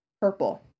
purple